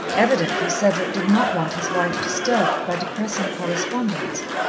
evidently cedric did not want his wife disturbed by depressing correspondence,